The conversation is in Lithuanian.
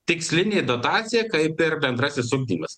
tikslinė dotacija kaip ir bendrasis ugdymas